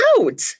out